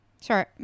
sorry